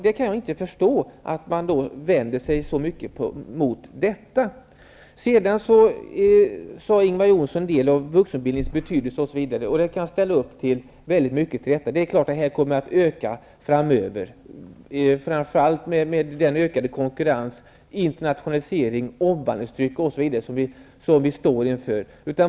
Jag kan inte förstå att man vänder sig så mycket mot detta. Ingvar Johnsson sade en del om vuxenutbildningens betydelse. Det kan jag i stor utsträckning ställa upp på. Det är klart att det här kommer att öka framöver, framför allt i takt med den ökande konkurensen, internationaliserningen och omvandlingstrycket som vi står inför.